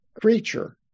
creature